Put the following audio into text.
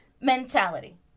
mentality